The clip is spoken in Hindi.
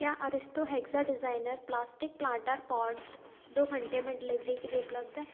क्या Aristo hexa designer plastic planter pot दो घंटे में डिलेवरी के लिए उपलब्ध है